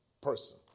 person